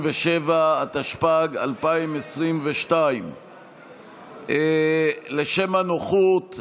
37) התשפ"ג 2022. לשם הנוחות,